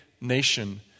nation